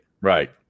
right